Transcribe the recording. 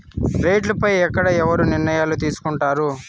రేట్లు పై ఎక్కడ ఎవరు నిర్ణయాలు తీసుకొంటారు?